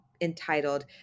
entitled